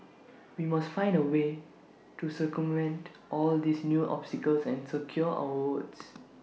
we must find A way to circumvent all these new obstacles and secure our votes